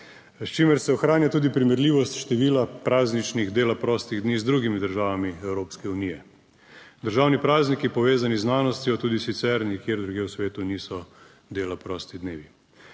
s čimer se ohranja tudi primerljivost števila prazničnih dela prostih dni z drugimi državami Evropske unije. Državni prazniki, povezani z znanostjo, tudi sicer nikjer drugje v svetu niso dela prosti dnevi.